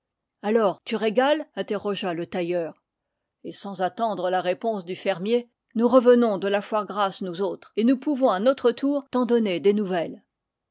alors tu régales interrogea le tailleur et sans attendre la réponse du fermier nous revenons de la foire grasse nous autres et nous pouvons à notre tour t'en donner des nouvelles